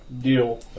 Deal